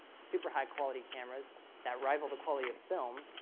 super high quality cameras that rival the quality of film,